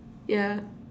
ya